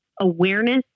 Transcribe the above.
awareness